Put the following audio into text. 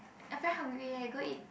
I very hungry eh go eat